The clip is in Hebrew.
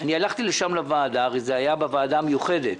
הלכתי לשם לוועדה הרי זה היה בוועדה המיוחדת,